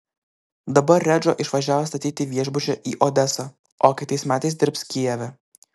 dabar redžo išvažiavo statyti viešbučio į odesą o kitais metais dirbs kijeve